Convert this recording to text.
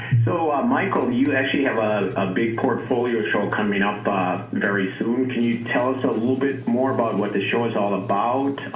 so, michael, you actually have ah a big portfolio show coming up very soon. can you tell us a little bit more what the show is all about?